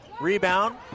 Rebound